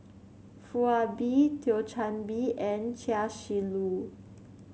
Foo Ah Bee Thio Chan Bee and Chia Shi Lu